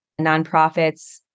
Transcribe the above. nonprofits